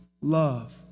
love